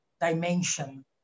dimension